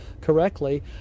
correctly